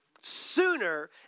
sooner